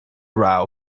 row